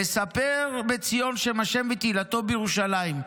לספר בציון שם ה' ותהִלתו בירושלָ͏ִם,